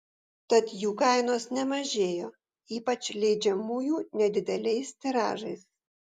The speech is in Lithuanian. tad jų kainos nemažėjo ypač leidžiamųjų nedideliais tiražais